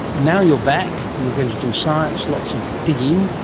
now you're back, you're going to do science, lots of digging,